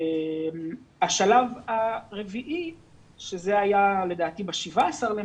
השלב הרביעי שלדעתי היה ב-17 במאי,